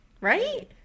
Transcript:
Right